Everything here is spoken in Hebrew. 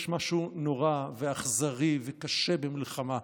יש משהו נורא ואכזרי וקשה במלחמה,